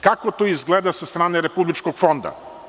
Kako to izgleda od strane Republičkog fonda?